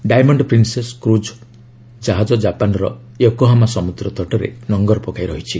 diamond princess cruise ଜାହାଜ ଜାପାନ୍ର Yokohama ସମୁଦ୍ର ତଟରେ ନଙ୍ଗର ପକାଇ ରହିଛି